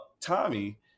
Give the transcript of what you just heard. Tommy